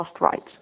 rights